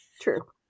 True